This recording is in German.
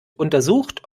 untersucht